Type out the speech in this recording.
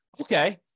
Okay